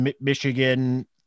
Michigan